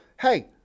hey